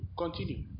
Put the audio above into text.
Continue